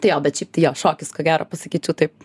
tai jo bet šiaip tai jo šokis ko gero pasakyčiau taip